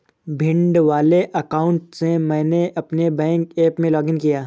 भिंड वाले अकाउंट से मैंने अपने बैंक ऐप में लॉग इन किया